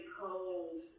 cold